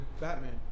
Batman